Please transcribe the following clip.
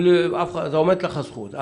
עומדת לך הזכות,